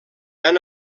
han